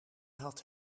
had